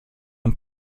und